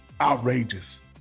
outrageous